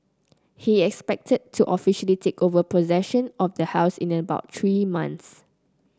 he is expected to officially take over possession of the house in about three months